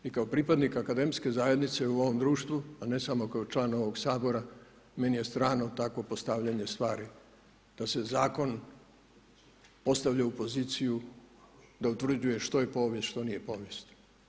I kao pripadnik akademske zajednice u ovom društvu a ne samo kao člana ovog Sabora, meni je strano takvo postavljanje stvari, da se zakon postavlja u poziciju što je povijest, što nije povijest.